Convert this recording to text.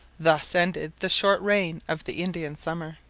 thus ended the short reign of the indian summer.